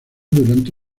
durante